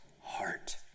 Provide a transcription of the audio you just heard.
heart